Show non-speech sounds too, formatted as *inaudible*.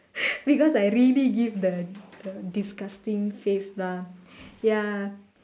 *laughs* because I really give the disgusting face lah ya